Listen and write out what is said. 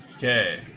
Okay